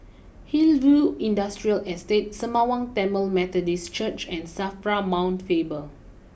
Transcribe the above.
Hillview Industrial Estate Sembawang Tamil Methodist Church and Safra Mount Faber